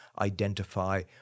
identify